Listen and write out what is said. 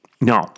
No